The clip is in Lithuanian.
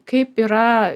kaip yra